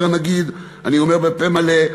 אומר הנגיד: אני אומר בפה מלא,